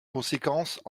conséquences